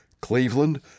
Cleveland